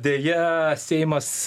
deja seimas